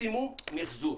מקסימום מיחזור.